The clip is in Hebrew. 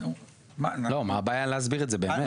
מה הבעיה להסביר את זה, באמת?